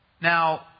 Now